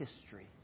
history